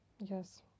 Yes